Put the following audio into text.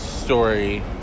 story